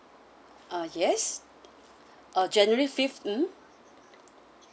ah yes ah january fif~ mm